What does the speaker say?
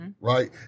Right